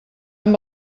amb